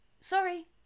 sorry